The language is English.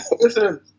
Listen